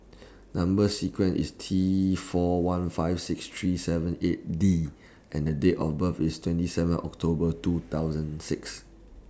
Number sequence IS T four one five six three seven eight D and Date of birth IS twenty seven October two thousand six